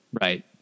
right